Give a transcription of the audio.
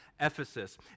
Ephesus